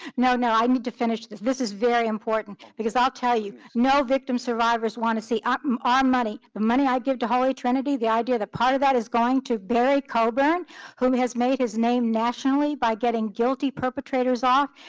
no, i need to finish this. this is very important, because i'll tell you, no victims survivors wanna see our ah um um money, the money i give to holly trinity, the idea that part of that is going to barry coburn who has made his name nationally by getting guilty perpetrators off.